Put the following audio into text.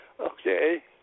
Okay